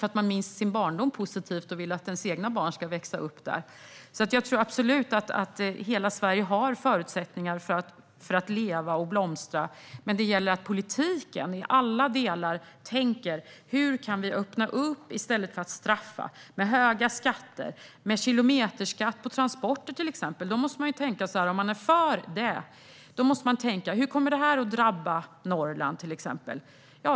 De kanske minns sin barndom positivt och vill att deras egna barn ska växa upp där. Jag tror absolut att hela Sverige har förutsättningar för att leva och blomstra, men det gäller att politiken i alla delar tänker hur man kan öppna upp i stället för att straffa med höga skatter, till exempel med kilometerskatt på transporter. Om man är för det måste man tänka på hur det kommer att drabba exempelvis Norrland.